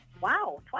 Wow